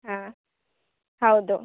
ಹಾಂ ಹೌದು